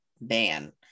ban